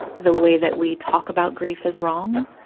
the way that we talk about grief is wrong.